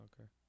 okay